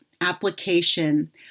application